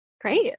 Great